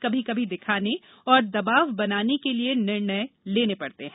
कभी कभी दिखाने और दवाब बनाने के लिए निर्णय लेने पड़ते हैं